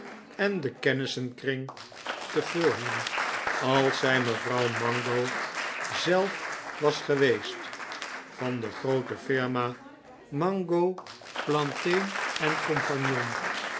en den kennissenkring te fulham als zij mevrouw mango zelf was geweest van de groote firma mango plantain co